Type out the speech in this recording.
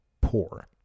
poor